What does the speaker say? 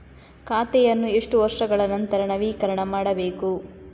ಖಾತೆಯನ್ನು ಎಷ್ಟು ವರ್ಷಗಳ ನಂತರ ನವೀಕರಣ ಮಾಡಬೇಕು?